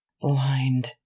blind